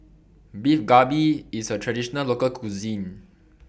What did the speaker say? Beef Galbi IS A Traditional Local Cuisine